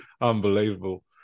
Unbelievable